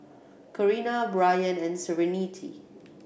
Carina Brianne and Serenity